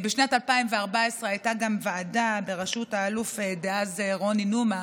בשנת 2014 הייתה ועדה בראשות האלוף דאז רוני נומה,